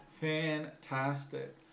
fantastic